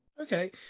Okay